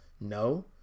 No